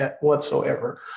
whatsoever